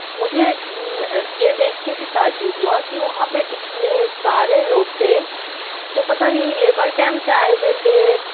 مجھے یہ دیکھ کے بھی تعجب ہُوا کہ وہاں پہ اِتنے سارے لوگ تھے جو پتہ نہیں لیبر کیمپ سے آئے ہوئے تھے